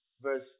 verse